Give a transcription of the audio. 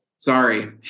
Sorry